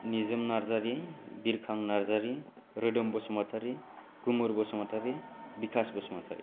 निजोम नार्जारि बिलिफां नार्जारि रोदोम बसुमतारि गुमुर बसुमतारि बिकाश बसुमतारि